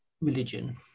religion